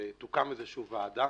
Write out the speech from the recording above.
שתוקם איזושהי ועדה